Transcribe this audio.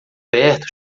perto